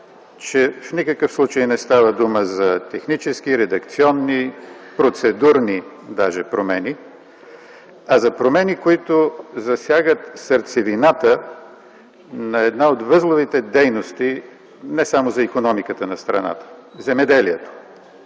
че в никакъв случай не става дума за технически, редакционни, даже процедурни промени, за промени, които засягат сърцевината на една от възловите дейности не само за икономиката на страната – земеделието.